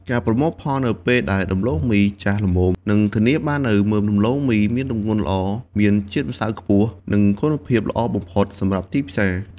ការប្រមូលផលនៅពេលដែលដំឡូងមីចាស់ល្មម នឹងធានាបានថាមើមដំឡូងមីមានទម្ងន់ល្អ មានជាតិម្សៅខ្ពស់ និងគុណភាពល្អបំផុតសម្រាប់ទីផ្សារ។